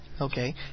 okay